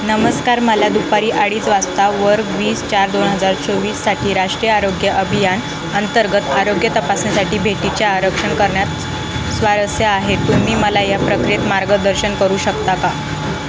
नमस्कार मला दुपारी अडीच वाजता वर वीस चार दोन हजार चोवीससाठी राष्ट्रीय आरोग्य अभियान अंतर्गत आरोग्य तपासण्यासाठी भेटीच्या आरक्षण करण्यात स्वारस्य आहे तुम्ही मला या प्रक्रियेत मार्गदर्शन करू शकता का